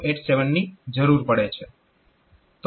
તો તેના માટે 8087 ની જરૂર પડે છે